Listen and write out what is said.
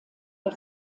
der